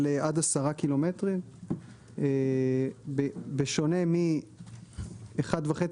עד 10 קילומטרים בשונה מ-1.5 קילומטר,